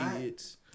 kids